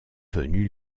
venu